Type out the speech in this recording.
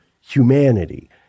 humanity